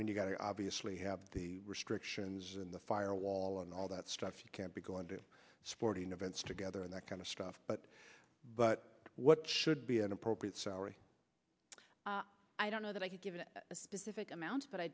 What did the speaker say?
mean you've got to obviously have the restrictions in the fire wall and all that stuff you can't be going to sporting events together and that kind of stuff but but what should be an appropriate salary i don't know that i could give you a specific amount but i